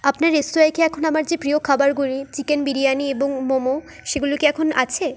আপনার রেস্তোরাঁয় কি এখন আমার যে প্রিয় খাবারগুলি চিকেন বিরিয়ানি এবং মোমো সেগুলো কি এখন আছে